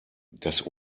das